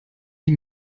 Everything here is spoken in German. die